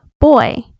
boy